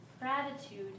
Gratitude